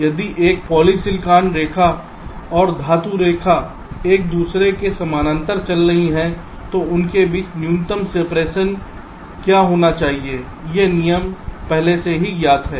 यदि एक पॉलीसिलिकॉन रेखा और धातु रेखा एक दूसरे के समानांतर चल रही है तो उनके बीच न्यूनतम सिपरेशन क्या होना चाहिए ये नियम पहले से ही ज्ञात हैं